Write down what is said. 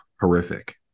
horrific